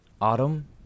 Autumn